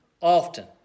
often